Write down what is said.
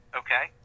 okay